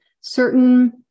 certain